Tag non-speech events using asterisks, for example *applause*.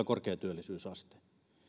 *unintelligible* korkea työllisyysaste